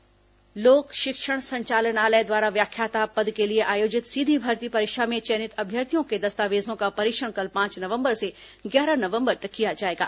व्याख्याता दस्तावेज परीक्षण लोक शिक्षण संचालनालय द्वारा व्याख्याता पद के लिए आयोजित सीधी भर्ती परीक्षा में चयनित अभ्यर्थियों के दस्तावेजों का परीक्षण कल पांच नवंबर से ग्यारह नवंबर तक किया जाएगा